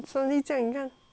what the fuck